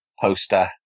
poster